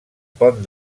pont